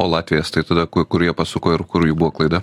o latviai estai tada kur jie pasuko ir kur jų buvo klaida